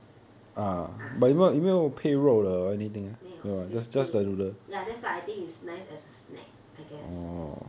ah snack 没有 is plain ya that's why I think it's nice as a snack I guess